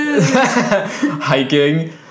Hiking